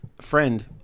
friend